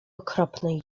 okropnej